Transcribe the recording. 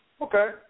Okay